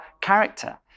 character